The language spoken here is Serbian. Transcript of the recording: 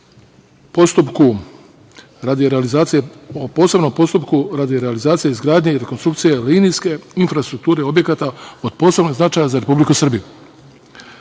sam ja tako primetio o posebnom postupku radi realizacije izgradnje i rekonstrukcije linijske infrastrukture objekata od posebnog značaja za Republiku Srbiju.